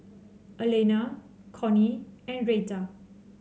Elaina Connie and Reta